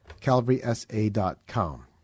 CalvarySA.com